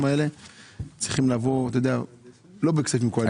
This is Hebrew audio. האלה צריכים לבוא לא בכספים קואליציוניים.